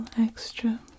extra